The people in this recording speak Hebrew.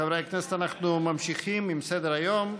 חברי הכנסת, אנחנו ממשיכים עם סדר-היום.